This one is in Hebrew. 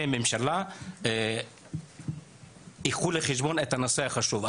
ממשלה יקחו בחשבון את הנושא החשוב הזה.